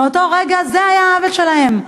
מאותו רגע זה היה העוול שלהם,